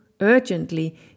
urgently